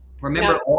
Remember